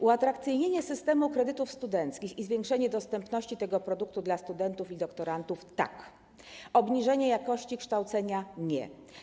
Uatrakcyjnienie systemu kredytów studenckich i zwiększenie dostępności tego produktu dla studentów i doktorantów - tak, obniżenie jakości kształcenia - nie.